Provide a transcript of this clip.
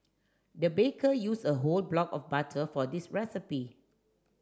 the baker used a whole block of butter for this recipe